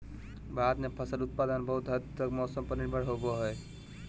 भारत में फसल उत्पादन बहुत हद तक मौसम पर निर्भर होबो हइ